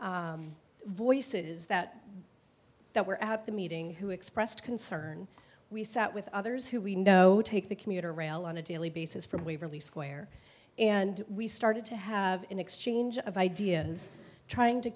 together voices that that we're at the meeting who expressed concern we sat with others who we know take the commuter rail on a daily basis from waverly square and we started to have an exchange of ideas trying to